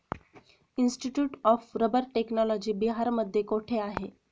Institute of rubber technology बिहारमध्ये कोठे आहे?